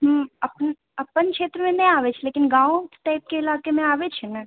हूँ अपन क्षेत्रमे लेकिन गाँव टाइपके ईलाकामे आबै छै ने